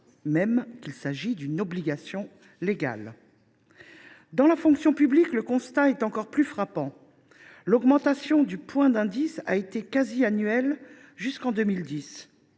même qu’il s’agit d’une obligation légale. Dans la fonction publique, le constat est encore plus frappant. L’augmentation du point d’indice a été quasi annuelle jusqu’en 2010,